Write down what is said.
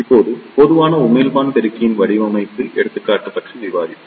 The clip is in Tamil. இப்போது பொதுவான உமிழ்ப்பான் பெருக்கியின் வடிவமைப்பு எடுத்துக்காட்டு பற்றி விவாதிப்போம்